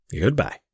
goodbye